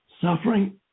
Suffering